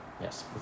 Yes